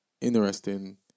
interesting